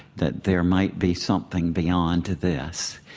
that there might be something beyond this.